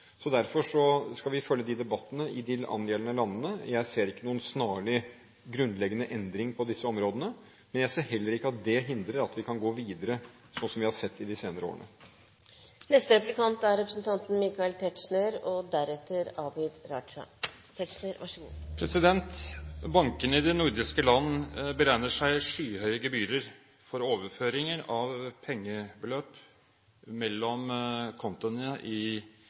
Derfor skal vi følge de debattene i de angjeldende landene. Jeg ser ikke noen snarlig grunnleggende endring på disse områdene, men jeg ser heller ikke at det hindrer at vi kan gå videre, slik vi har sett de senere årene. Bankene i de nordiske land beregner seg skyhøye gebyrer for overføringer av pengebeløp mellom kontoene, hvis de overskrider grensene mellom de nordiske landene, til stor merkostnad for dem som f.eks. arbeider og studerer i